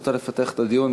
אם את רוצה לפתח את הדיון,